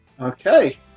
Okay